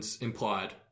implied